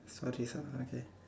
for this one okay